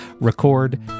record